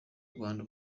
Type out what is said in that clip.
rwanda